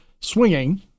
swinging